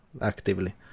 actively